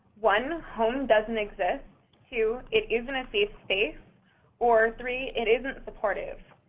one, home doesn't exist two, it isn't a safe space or three, it isn't supportive.